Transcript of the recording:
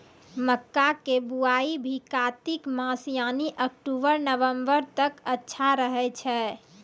मक्का के बुआई भी कातिक मास यानी अक्टूबर नवंबर तक अच्छा रहय छै